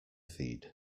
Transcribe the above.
feed